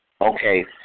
Okay